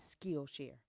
Skillshare